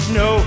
no